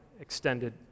extended